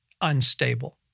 unstable